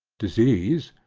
disease,